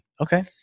Okay